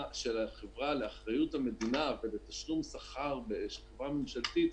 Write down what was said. החברה לאחריות של המדינה ובתשלום שכר של חברה ממשלתית,